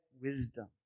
wisdom